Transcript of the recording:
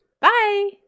Bye